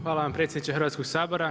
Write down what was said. Hvala vam predsjedniče Hrvatskog sabora.